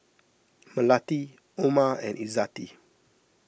Melati Omar and Izzati